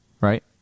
right